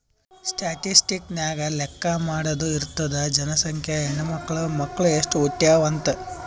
statistics ನಾಗ್ ಲೆಕ್ಕಾ ಮಾಡಾದು ಇರ್ತುದ್ ಜನಸಂಖ್ಯೆ, ಹೆಣ್ಮಕ್ಳು, ಮಕ್ಕುಳ್ ಎಸ್ಟ್ ಹುಟ್ಯಾವ್ ಅಂತ್